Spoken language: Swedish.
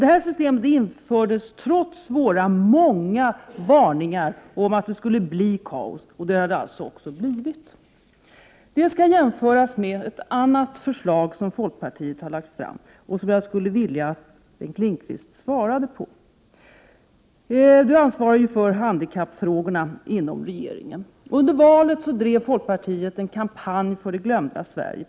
Detta system infördes trots våra många varningar om att det skulle bli kaos. Det har det alltså också blivit. Detta skall jämföras med ett annat förslag som folkpartiet har lagt fram, och jag skulle vilja att Bengt Lindqvist svarade på mina frågor i det sammanhanget. Bengt Lindqvist ansvarar ju för handikappfrågorna inom regeringen. Under valrörelsen drev folkpartiet en kampanj för det glömda Sverige.